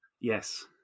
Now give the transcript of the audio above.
Yes